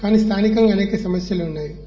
కానీ స్థానికంగా అనేక సమస్యలు ఉన్నా యి